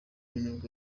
nubwo